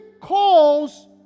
calls